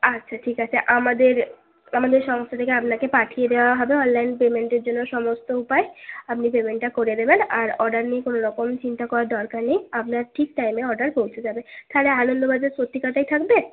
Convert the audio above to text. আচ্ছা ঠিক আছে আমাদের আমাদের সমস্ত জায়গা আপনাকে পাঠিয়ে দেওয়া হবে অনলাইন পেমেন্টের জন্য সমস্ত উপায় আপনি পেমেন্টটা করে দেবেন আর অডার নিয়ে কোনো রকম চিন্তা করার দরকার নেই আপনার ঠিক টাইমে অর্ডার পৌঁছে যাবে তাহলে আনন্দবাজার পত্রিকাটাই থাকবে